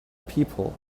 people